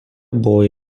buvo